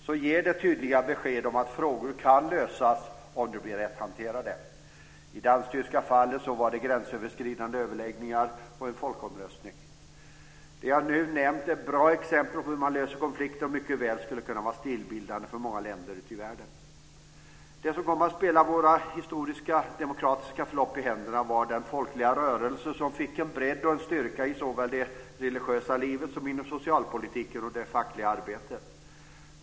Detta ger tydliga besked om att frågor kan lösas om de blir rätt hanterade. I det dansk-tyska fallet var det gränsöverskridande överläggningar och en folkomröstning. Det jag nu nämnt är bra exempel på hur man löser konflikter och skulle mycket väl kunna vara stilbildande för många länder ute i världen. Det som kom att spela vårt historiska demokratiska förlopp i händerna var den folkliga rörelse som fick en bredd och en styrka i såväl det religiösa livet som inom socialpolitiken och det fackliga arbetet.